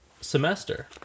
semester